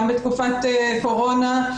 גם בתקופת קורונה,